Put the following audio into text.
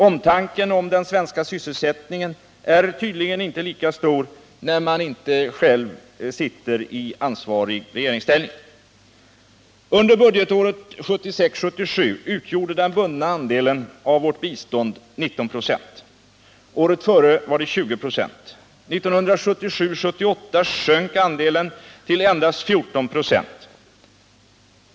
Omtanken om den svenska sysselsättningen är tydligen inte lika stor när man inte själv sitter i ansvarig regeringsställning. Under budgetåret 1976 78 sjönk andelen till endast 14 96.